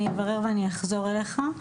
אני אברר ואני אחזור אליך.